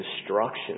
destruction